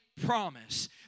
promise